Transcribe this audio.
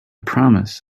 promise